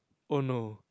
oh no